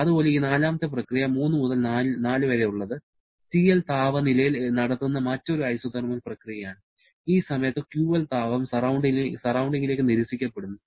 അതുപോലെ ഈ നാലാമത്തെ പ്രക്രിയ 3 മുതൽ 4 വരെയുള്ളത് TL താപനിലയിൽ നടത്തുന്ന മറ്റൊരു ഐസോതെർമൽ പ്രക്രിയയാണ് ഈ സമയത്ത് QL താപം സറൌണ്ടിങ്ങിലേക്ക് നിരസിക്കപ്പെടുന്നു